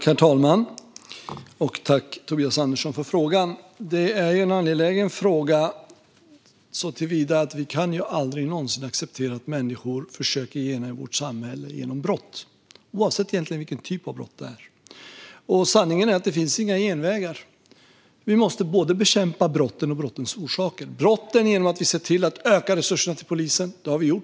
Herr talman! Jag tackar Tobias Andersson för frågan. Detta är en angelägen fråga såtillvida att vi aldrig någonsin kan acceptera att människor försöker gena i vårt samhälle genom brott - oavsett vilken typ av brott det är fråga om. Sanningen är att det finns inga genvägar. Vi måste bekämpa både brotten och brottens orsaker. Vi bekämpar brotten genom att se till att öka resurserna till polisen, och det har vi gjort.